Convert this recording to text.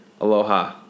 Aloha